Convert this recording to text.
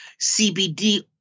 CBD